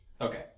Okay